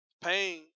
Pain